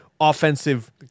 offensive